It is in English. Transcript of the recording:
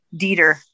Dieter